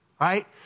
right